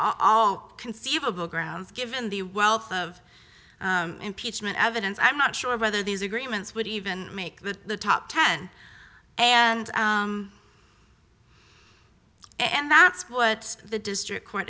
all conceivable grounds given the wealth of impeachment evidence i'm not sure whether these agreements would even make the top ten and that's what the district court